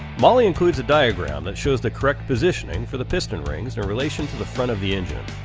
mahle includes a diagram that shows the correct positioning for the piston rings in relation to the front of the engine.